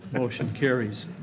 motion carries.